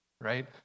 right